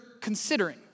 considering